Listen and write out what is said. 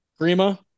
Grima